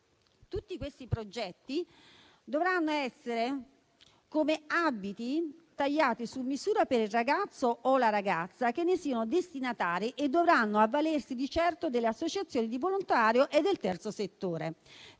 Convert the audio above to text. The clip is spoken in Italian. Tutti questi progetti dovranno essere come abiti tagliati su misura per il ragazzo o la ragazza che ne siano destinatari e dovranno avvalersi di certo delle associazioni di volontariato e del terzo settore,